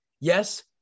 Yes